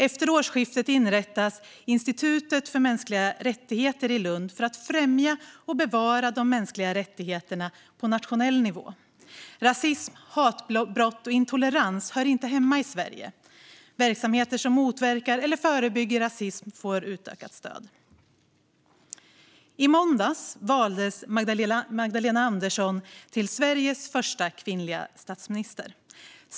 Efter årsskiftet inrättas Institutet för mänskliga rättigheter i Lund för att främja och bevara de mänskliga rättigheterna på nationell nivå. Rasism, hatbrott och intolerans hör inte hemma i Sverige. Verksamheter som motverkar eller förebygger rasism får utökat stöd. I måndags valdes Magdalena Andersson till Sveriges första kvinnliga statsminister.